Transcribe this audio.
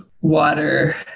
water